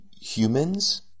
humans